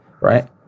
right